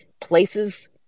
places